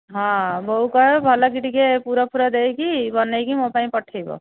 ହଁ ବୋଉକୁ କହିବ ଭଲକି ଟିକିଏ ପୁର ଫୁର ଦେଇକି ବନାଇକି ମୋ ପାଇଁ ପଠାଇବ